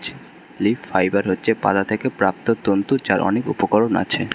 leaf fibre হচ্ছে পাতা থেকে প্রাপ্ত তন্তু যার অনেক উপকরণ আছে